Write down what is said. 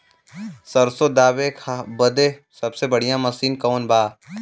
सरसों दावे बदे सबसे बढ़ियां मसिन कवन बा?